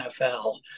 NFL